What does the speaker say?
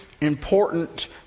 important